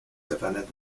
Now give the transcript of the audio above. defended